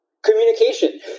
Communication